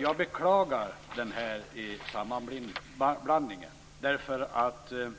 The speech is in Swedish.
Jag beklagar denna sammanblandning, eftersom